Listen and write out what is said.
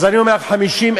אבל זה מספיק.